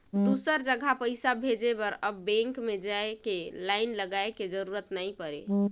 दुसर जघा पइसा भेजे बर अब बेंक में जाए के लाईन लगाए के जरूरत नइ पुरे